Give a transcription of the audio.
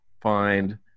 find